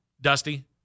Dusty